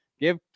Give